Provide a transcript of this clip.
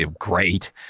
great